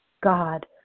God